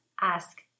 ask